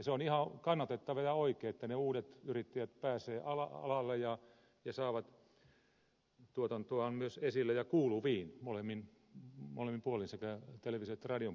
se on ihan kannatettavaa ja oikein että ne uudet yrittäjät pääsevät alalle ja saavat tuotantoaan myös esille ja kuuluviin molemmin puolin sekä television että radion puolella